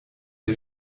der